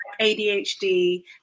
ADHD